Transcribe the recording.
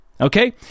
okay